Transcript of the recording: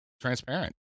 transparent